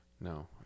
No